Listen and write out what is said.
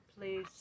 please